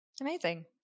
Amazing